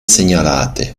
segnalate